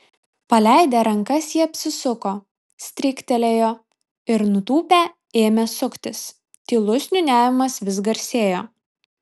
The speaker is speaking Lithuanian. paleidę rankas jie apsisuko stryktelėjo ir nutūpę ėmė suktis tylus niūniavimas vis garsėjo